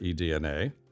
eDNA